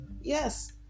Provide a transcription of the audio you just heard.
Yes